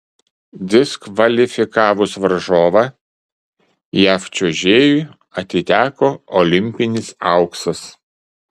diskvalifikavus varžovą jav čiuožėjui atiteko olimpinis auksas